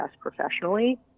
professionally